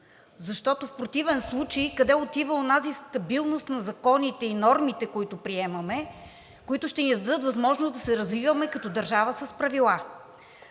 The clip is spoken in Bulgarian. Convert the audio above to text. Защото в противен случай къде отива онази стабилност на законите и нормите, които приемаме, които ще ни дадат възможност да се развиваме като държава с правила?